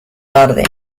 tarde